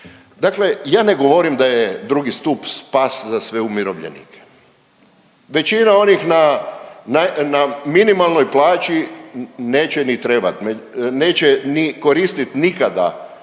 Dakle ja ne govorim da je II. stup spas za sve umirovljenike. Većina onih na minimalnoj plaći neće ni trebati, neće ni koristiti nikada